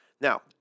Now